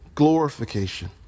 glorification